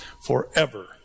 forever